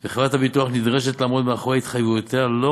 כשאדם הופך לסיעודי, לא עלינו, חלילה.